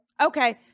okay